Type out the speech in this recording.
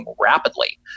rapidly